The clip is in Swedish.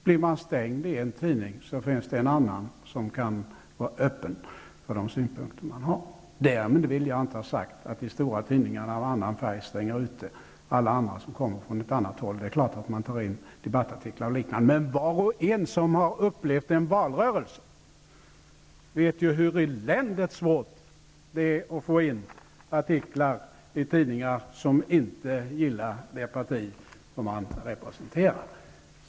Blir man utestängd från en tidning, finns det en annan som kan vara öppen för de synpunkter som man har. Därmed vill jag inte ha sagt att de stora tidningarna av annan färg stänger ute alla andra som kommer från ett annat håll. Det är klart att de tar in debattartiklar och liknande. Men var och en som har upplevt en valrörelse vet hur eländigt svårt det är att få in artiklar i tidningar som inte gillar det parti som man representerar.